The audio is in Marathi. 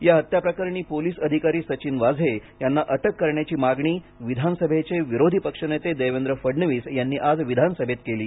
या हत्याप्रकरणी पोलीस अधिकारी सचिन वाझे यांना अटक करण्याची मागणी विधानसभेचे विरोधी पक्षनेते देवेंद्र फडणवीस यांनी आज विधानसभेत केली